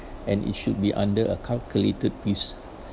and it should be under a calculated piece